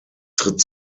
tritt